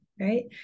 right